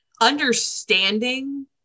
understanding